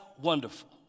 wonderful